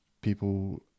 People